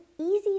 easy